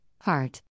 heart